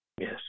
Yes